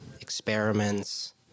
experiments